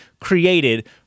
created